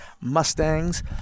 Mustangs